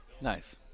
Nice